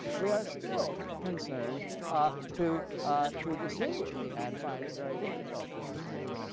we are still concerned ah to to distinguish, and find it very difficult to distinguish,